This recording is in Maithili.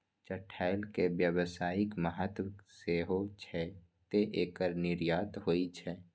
चठैल के व्यावसायिक महत्व सेहो छै, तें एकर निर्यात होइ छै